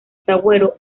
zaguero